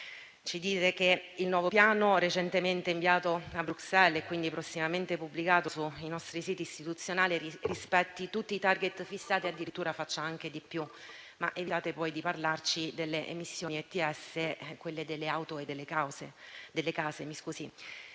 Dite che il nuovo piano recentemente inviato a Bruxelles, e quindi prossimamente pubblicato sui nostri siti istituzionali, rispetti tutti i *target* fissati, addirittura faccia anche di più, ma poi evitate di parlarci delle emissioni ETS, delle auto e delle case.